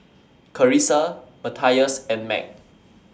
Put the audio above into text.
Carisa Matthias and Meg